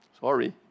Sorry